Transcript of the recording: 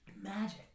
magic